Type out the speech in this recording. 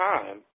time